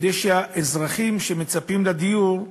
כדי שהאזרחים שמצפים לדיור,